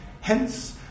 Hence